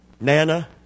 Nana